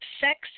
sex